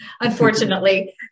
unfortunately